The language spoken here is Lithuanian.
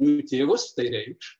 jų tėvus tai reikš